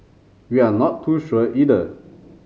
we are not too sure either